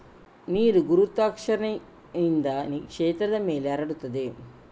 ನೀರು ಗುರುತ್ವಾಕರ್ಷಣೆಯಿಂದ ಕ್ಷೇತ್ರದ ಮೇಲೆ ಹರಡುತ್ತದೆ